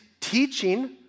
teaching